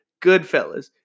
Goodfellas